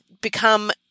become